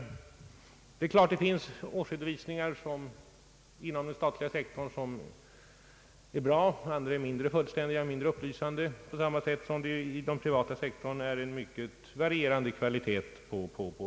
Inom den statliga sektorn finns givetvis årsredovisningar som är bra och andra som är mindre fullständiga och mindre upplysande, på samma sätt som årsredovisningarna inom den privata sektorn är av mycket varierande kvalitet.